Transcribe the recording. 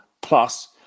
Plus